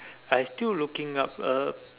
I still looking up uh